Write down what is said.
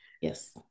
Yes